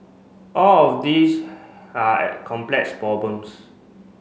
all of these are complex problems